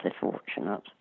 fortunate